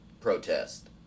protest